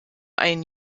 ein